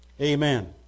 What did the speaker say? Amen